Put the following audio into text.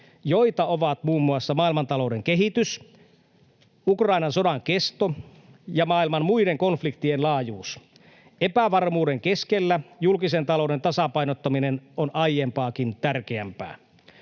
joita ovat muun muassa maailmantalouden kehitys, Ukrainan sodan kesto ja maailman muiden konfliktien laajuus. Epävarmuuden keskellä julkisen talouden tasapainottaminen on aiempaakin tärkeämpää.